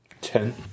Ten